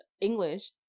English